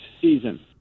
season